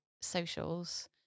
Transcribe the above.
socials